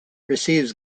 receives